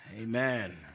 Amen